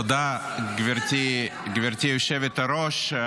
תודה, גברתי היושבת-ראש.